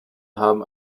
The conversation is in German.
haben